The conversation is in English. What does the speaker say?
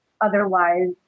Otherwise